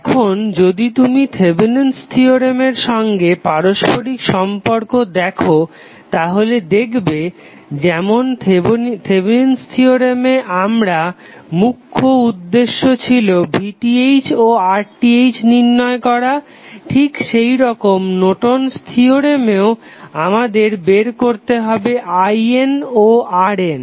এখন যদি তুমি থেভেনিন'স থিওরেমের Thevenins theorem সঙ্গে পারস্পরিক সম্পর্ক দেখো তাহলে দেখবে যেমন থেভেনিন'স থিওরেমে Thevenins theorem আমাদের মুখ্য উদ্দেশ্য ছিল VTh ও RTh নির্ণয় করা ঠিক সেরকম নর্টন'স থিওরেমেও Nortons Theorem আমাদের বের করতে হবে IN ও RN